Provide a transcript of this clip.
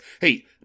hey